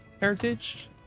heritage